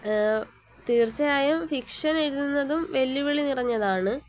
തീർച്ചയായും ഫിക്ഷൻ എഴുതുന്നതും വെല്ലുവിളി നിറഞ്ഞതാണ്